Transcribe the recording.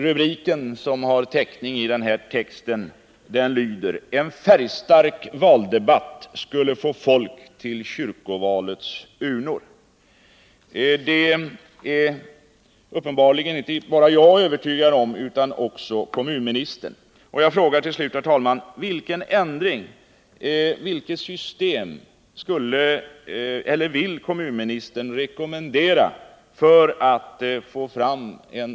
Rubriken, som har täckning i texten, lyder: ”En färgstark valdebatt skulle få folk till kyrkovalets urnor.” Detta är uppenbarligen inte bara jag övertygad om utan också kommunministern. Nr 30 Jag frågar, herr talman, till slut: Vilken ändring, vilket system vill Fredagen den kommunministern rekommendera för att få åsyftad verkan?